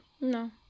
No